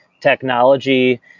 technology